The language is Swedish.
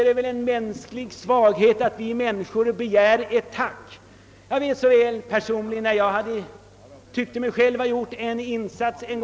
Det är en mänsklig svaghet att vi män niskor begär ett tack när vi hjälper. Personligen erinrar jag mig en gång när jag tyckte att jag själv hade gjort en insats.